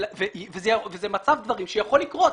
זה מצב דברים שיכול לקרות.